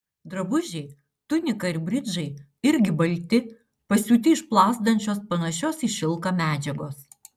drabužiai tunika ir bridžai irgi balti pasiūti iš plazdančios panašios į šilką medžiagos